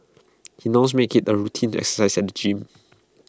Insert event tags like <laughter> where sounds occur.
he now <noise> makes IT A routine to exercise at the gym